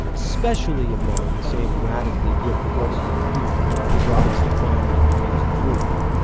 especially among the same radically gripped forces at google who brought us the firing of james damore,